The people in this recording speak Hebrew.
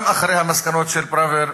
גם אחרי המסקנות של פראוור,